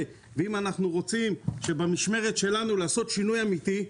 ואם אנחנו רוצים במשמרת שלנו לעשות שינוי אמיתי,